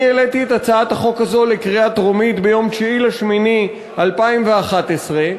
אני העליתי את הצעת החוק הזאת לקריאה טרומית ביום 9 באוגוסט 2011,